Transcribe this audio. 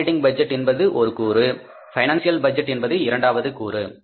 operating budget என்பது ஒரு கூறு பைனான்சியல் பட்ஜெட் என்பது இரண்டாவது கூறு